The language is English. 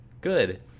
good